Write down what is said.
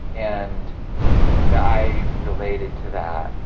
and you know i related to that.